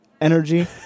energy